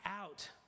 out